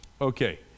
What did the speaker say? Okay